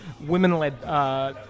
women-led